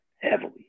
heavily